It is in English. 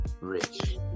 rich